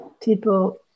people